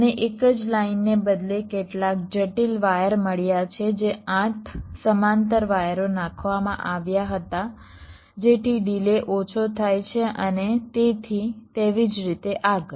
મને એક જ લાઇનને બદલે કેટલાક જટિલ વાયર મળ્યા છે જે 8 સમાંતર વાયરો નાખવામાં આવ્યા હતા જેથી ડિલે ઓછો થાય છે અને તેથી તેવી જ રીતે આગળ